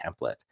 template